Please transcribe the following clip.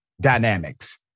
dynamics